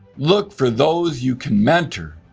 look for those you can mentor,